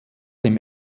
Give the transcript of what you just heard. dem